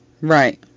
Right